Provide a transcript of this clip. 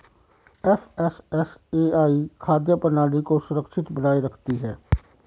FSSAI खाद्य प्रणाली को सुरक्षित बनाए रखती है